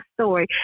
story